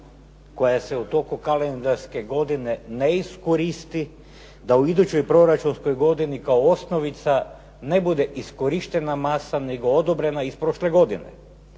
koja se u toku kalendarske godine ne iskoristi da u idućoj proračunskoj godini kao osnovica ne bude iskorištena masa nego odobrena iz prošle godine,